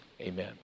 amen